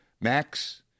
Max